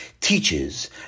Teaches